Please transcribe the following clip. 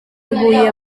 huye